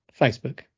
Facebook